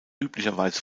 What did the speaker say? üblicherweise